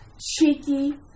Cheeky